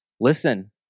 listen